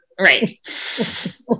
Right